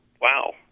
wow